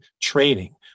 training